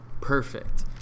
perfect